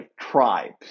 tribes